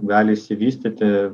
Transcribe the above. gali išsivystyti